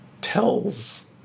tells